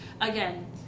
Again